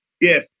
yes